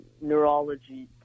neurology